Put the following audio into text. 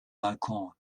balkon